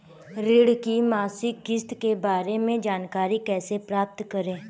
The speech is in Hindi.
ऋण की मासिक किस्त के बारे में जानकारी कैसे प्राप्त करें?